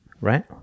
right